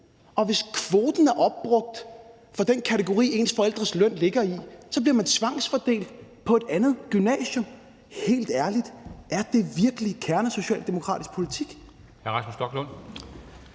og hvis kvoten er opbrugt for den kategori, ens forældres løn ligger i, bliver man tvangsfordelt på et andet gymnasium. Helt ærligt, er det virkelig kernesocialdemokratisk politik?